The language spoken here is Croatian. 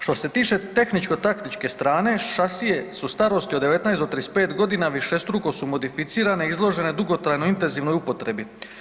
Što se tiče tehničko-taktičke strane šasije su starosti od 19 do 35 godina, višestruko su modificirane i izložene dugotrajnoj intenzivnoj upotrebi.